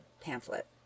pamphlet